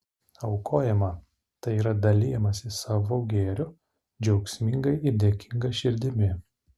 aukojama tai yra dalijamasi savu gėriu džiaugsmingai ir dėkinga širdimi